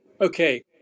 Okay